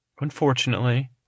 unfortunately